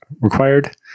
required